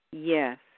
Yes